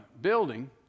building